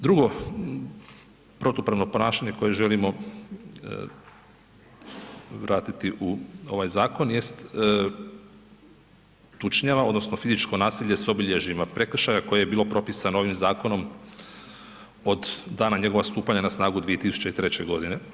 Drugo protupravno ponašanje koje želimo vratiti u ovaj zakon jest tučnjava odnosno fizičko nasilje s obilježjima prekršaja koje je bilo propisano ovim zakonom od dana njegovog stupanja na snagu 2003. godine.